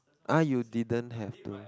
oh you didn't have to